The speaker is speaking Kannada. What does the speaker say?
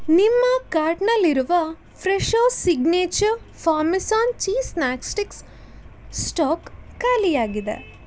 ನಿಮ್ಮ ಕಾರ್ಟ್ನಲ್ಲಿರುವ Fresho signature parmesan cheese snack sticks stock ಖಾಲಿಯಾಗಿದೆ